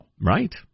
Right